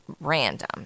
random